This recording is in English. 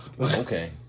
Okay